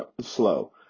slow